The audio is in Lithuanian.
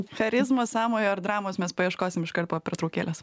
charizmos sąmojo ir dramos mes paieškosim iškart po pertraukėlės